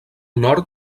nord